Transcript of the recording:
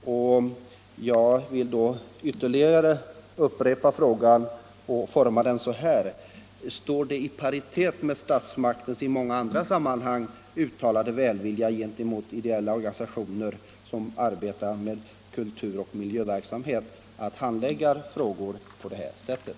Därför vill jag upprepa frågan och formulera den så: Står det i paritet med statsmakternas i många andra sammanhang uttalade välvilja gentemot ideella organisationer, som bedriver kulturoch miljöverksamhet, att handlägga frågor på det här sättet?